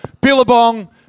Billabong